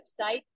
website